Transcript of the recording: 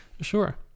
Sure